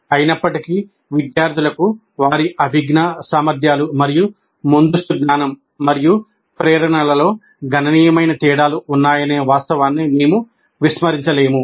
అయినప్పటికీ విద్యార్థులకు వారి అభిజ్ఞా సామర్ధ్యాలు మరియు ముందస్తు జ్ఞానం మరియు ప్రేరణలలో గణనీయమైన తేడాలు ఉన్నాయనే వాస్తవాన్ని మేము విస్మరించలేము